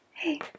Hey